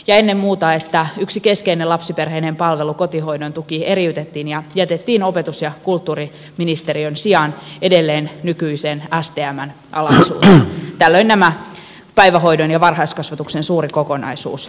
ennen muuta kun yksi keskeinen lapsiperheiden palvelu kotihoidon tuki eriytettiin ja jätettiin opetus ja kulttuuriministeriön sijaan edelleen nykyiseen stmn alaisuuteen niin tämä päivähoidon ja varhaiskasvatuksen suuri kokonaisuus hajoaa